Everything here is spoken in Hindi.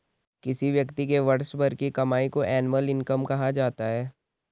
किसी व्यक्ति के वर्ष भर की कमाई को एनुअल इनकम कहा जाता है